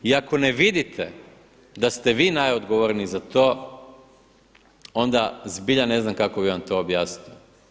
I ako ne vidite da ste vi najodgovorniji za to onda zbilja ne znam kako bih vam to objasnio.